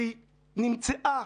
שהיא נמצאה